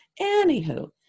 anywho